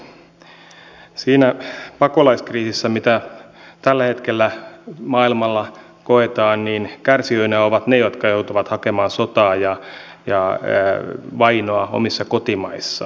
siinä pakolaiskriisissä mitä tällä hetkellä maailmalla koetaan kärsijöinä ovat ne jotka joutuvat kokemaan sotaa ja vainoa omissa kotimaissaan